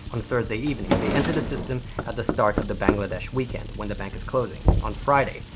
on thursday evening they entered the system at the start of the bangladesh weekend when the bank is closing. on friday,